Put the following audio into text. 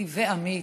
ואמיץ,